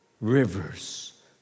rivers